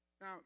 Now